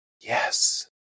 Yes